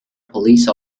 police